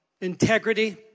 integrity